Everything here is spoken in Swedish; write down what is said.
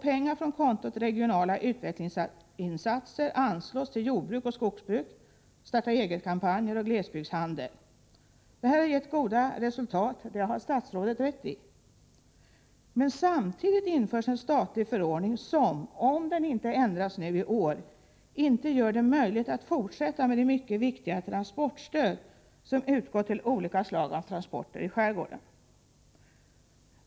Pengar från kontot regionala utvecklingsinsatser anslås till jordbruk och skogsbruk, starta-eget-kampanjer och glesbygdshandel. Detta har gett goda resultat, det har statsrådet rätt i. Men samtidigt införs en statlig förordning som, om den inte ändras nu i år, inte gör det möjligt att fortsätta med det mycket viktiga transportstöd som utgått till olika slag av transporter i skärgården.